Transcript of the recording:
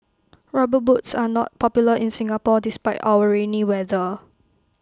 rubber boots are not popular in Singapore despite our rainy weather